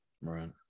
Right